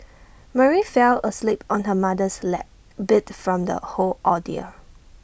Mary fell asleep on her mother's lap beat from the whole ordeal